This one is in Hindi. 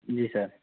जी सर